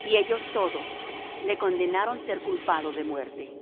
y ellos todos le condenaron ser culpado de muerte